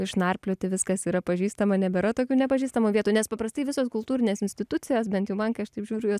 išnarplioti viskas yra pažįstama nebėra tokių nepažįstamų vietų nes paprastai visos kultūrinės institucijos bent jau man kai aš taip žiūriu jos